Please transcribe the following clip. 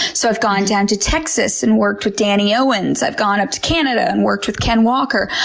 so i've gone down to texas and worked with danny owens. i've gone up to canada and worked with ken walker.